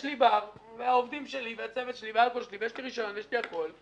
לי בר ויש לי עובדים וצוות ויש לי רישיון ויש לי הכול".